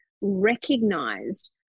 recognized